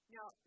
Now